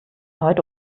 heute